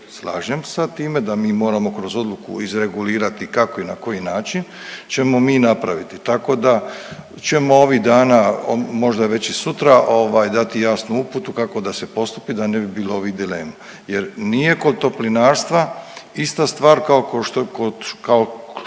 slažem sa time, da mi moramo kroz odluku izregulirati kako i na koji način ćemo mi napraviti, tako da ćemo ovih dana, možda već i sutra, ovaj, dati jasnu uputu kako da se postupi, da ne bi bilo ovih dilema jer nije kod toplinarstva ista stvar kao